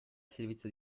servizio